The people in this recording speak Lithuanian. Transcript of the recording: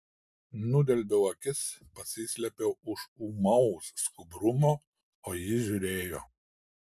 nudelbiau akis pasislėpiau už ūmaus skubrumo o ji žiūrėjo